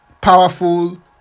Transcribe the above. powerful